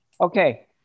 Okay